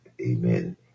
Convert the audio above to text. Amen